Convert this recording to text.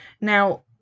Now